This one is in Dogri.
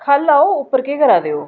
ख'ल्ल आओ उप्पर केह् करै दे ओ